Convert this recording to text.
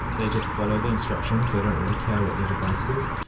they just follow the instructions, they don't really care what the device is.